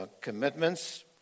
commitments